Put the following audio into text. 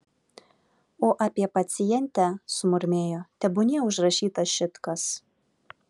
o apie pacientę sumurmėjo tebūnie užrašyta šit kas